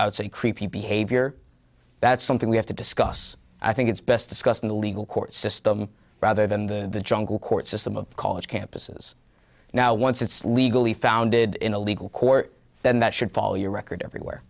i would say creepy behavior that's something we have to discuss i think it's best discussed in the legal court system rather than the jungle court system of college campuses now once it's legally founded in a legal court then that should follow your record everywhere